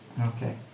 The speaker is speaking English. Okay